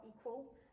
equal